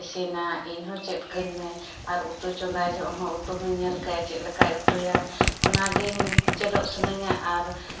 ᱤᱥᱤᱱᱟ ᱤᱧᱦᱚᱸ ᱪᱮᱫ ᱠᱟᱹᱧ ᱢᱮ ᱟᱨ ᱩᱛᱩ ᱪᱚᱸᱫᱟ ᱡᱚᱠᱷᱚᱱ ᱦᱚᱸ ᱩᱛᱩ ᱦᱚᱸᱧ ᱧᱮᱞ ᱠᱟᱭᱟ ᱪᱮᱫ ᱞᱮᱠᱟᱭ ᱩᱛᱩᱭᱟ ᱚᱱᱟᱜᱤᱧ ᱪᱮᱫᱚᱜ ᱥᱟᱱᱟᱧᱟ ᱟᱨ